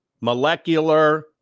molecular